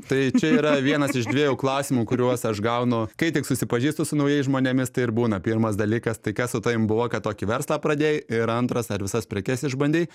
tai čia yra vienas iš dviejų klausimų kuriuos aš gaunu kai tik susipažįstu su naujais žmonėmis tai ir būna pirmas dalykas tai kas su tavim buvo kad tokį verslą pradėjai ir antras ar visas prekes išbandei